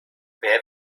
wer